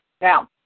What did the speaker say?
Now